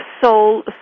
soul